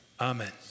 Amen